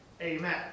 Amen